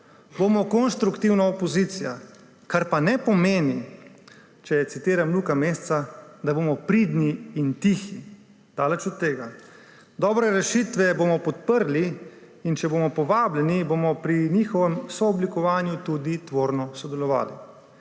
Bomo konstruktivna opozicija, kar pa ne pomeni, če citiram Luka Mesca, da bomo pridni in tihi. Daleč od tega. Dobre rešitve bomo podprli, in če bomo povabljeni, bomo pri njihovem sooblikovanju tudi tvorno sodelovali.